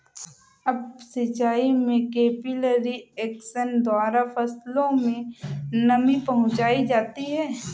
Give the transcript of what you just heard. up सिचाई में capillary action द्वारा फसलों में नमी पहुंचाई जाती है